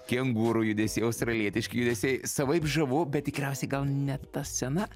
kengūrų judesiai australietiški judesiai savaip žavu bet tikriausiai gal net ta scena